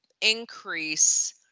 increase